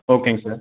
ஓகேங்க சார்